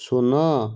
ଶୂନ